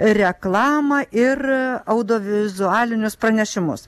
reklamą ir audiovizualinius pranešimus